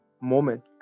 moment